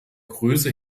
größe